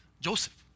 Joseph